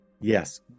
Yes